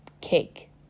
cake